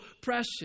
precious